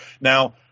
now